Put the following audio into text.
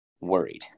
worried